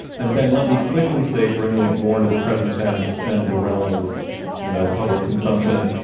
and then let me quickly say, bringing it more into the present tense and the realm of you know public consumption.